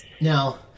Now